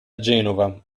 genova